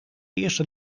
eerste